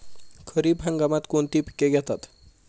खरीप हंगामात कोणती पिके घेतात?